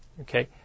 okay